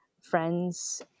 friends